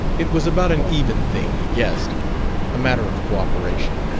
it was about an even thing, he guessed a matter of cooperation.